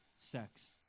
sex